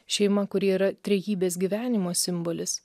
šeima kuri yra trejybės gyvenimo simbolis